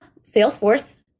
Salesforce